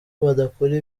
badakora